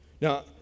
Now